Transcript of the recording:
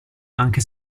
anche